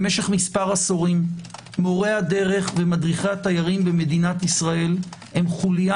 במשך מספר עשורים מורי הדרך ומדריכי התיירים במדינת ישראל הם חוליה